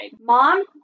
Mom